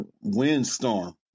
windstorm